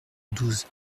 douze